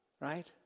Right